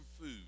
food